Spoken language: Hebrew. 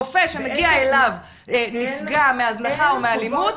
רופא שמגיע אליו נפגע מהזנחה או מאלימות,